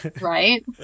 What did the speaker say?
right